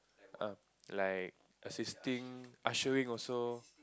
um like assisting ushering also